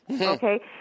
okay